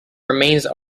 remains